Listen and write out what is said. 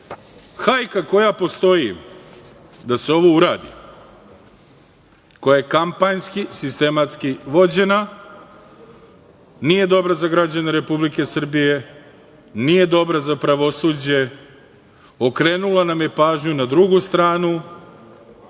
imena. Hajka koja postoji da se ovo uradi, koja je kampanjski, sistematski vođena nije dobra za građane Republike Srbije, nije dobra za pravosuđe, okrenula nam je pažnju na drugu stranu,